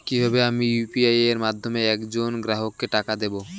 কিভাবে আমি ইউ.পি.আই এর মাধ্যমে এক জন গ্রাহককে টাকা দেবো?